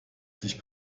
sich